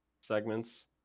segments